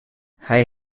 hij